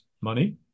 money